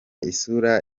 isura